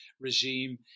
regime